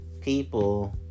people